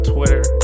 Twitter